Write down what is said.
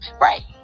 right